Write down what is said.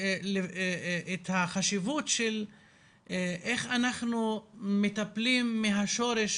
את החשיבות של איך אנחנו מטפלים מהשורש